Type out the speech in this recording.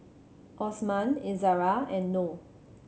Osman Izara and Noh